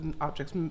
objects